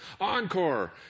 Encore